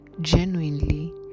genuinely